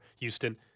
Houston